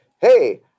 hey